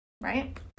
right